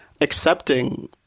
accepting